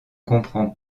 comprend